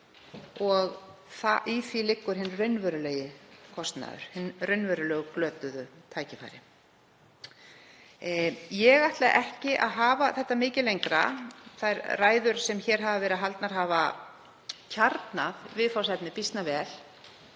og í því liggur hinn raunverulegi kostnaður, hin raunverulega glötuðu tækifæri. Ég ætla ekki að hafa þetta mikið lengra. Þær ræður sem hér hafa verið haldnar hafa kjarnað viðfangsefnið býsna vel.